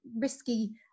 risky